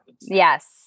Yes